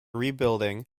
rebuilding